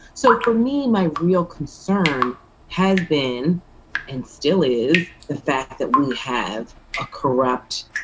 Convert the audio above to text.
so for me, my real concern has been and still is the fact that we have a corrupt,